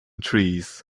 trees